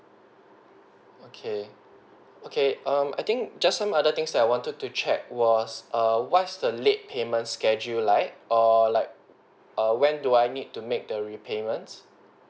okay okay um I think just some other things I wanted to check was err what's the late payment schedule like or like err when do I need to make the repayments